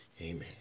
amen